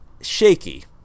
shaky